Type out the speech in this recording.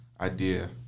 idea